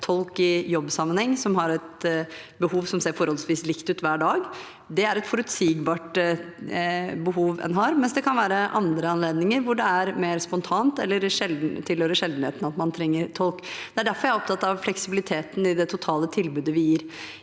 tolk i jobbsammenheng, som har et behov som ser forholdsvis likt ut hver dag – det er et forutsigbart behov en har – mens det kan være andre anledninger hvor det er mer spontant eller tilhører sjeldenhetene at man trenger tolk. Det er derfor jeg er opptatt av fleksibiliteten i det totale tilbudet vi gir.